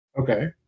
Okay